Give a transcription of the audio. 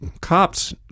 cops